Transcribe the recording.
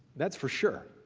that's for sure.